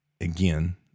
again